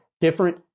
different